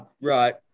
right